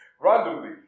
randomly